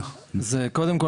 קודם כל